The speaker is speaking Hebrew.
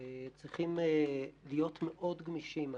צריכים להיות מאוד גמישים.